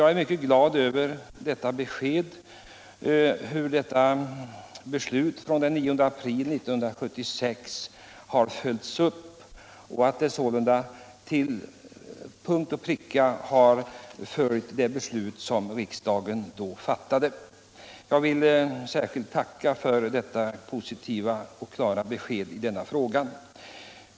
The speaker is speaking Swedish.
Jag är mycket glad över beskedet om hur anslaget från den 9 april 1976 har följts upp. Man har sålunda till punkt och pricka följt det beslut som riksdagen då fattade. Jag vill särskilt tacka för detta positiva och klara besked.